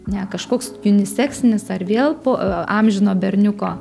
ne kažkoks juniseksinis ar vėl po amžino berniuko